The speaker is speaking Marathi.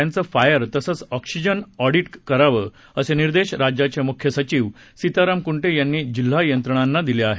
नाशिक आणि विरार तसंच ऑक्सिजन ऑडीट करावं असे निर्देश राज्याचे मुख्य सचिव सीताराम कुंटे यांनी जिल्हा यंत्रणांना दिले आहेत